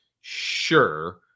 sure